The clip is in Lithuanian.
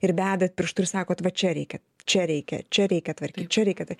ir bedat pirštu ir sakot va čia reikia čia reikia čia reikia tvarkyt čia reikia tai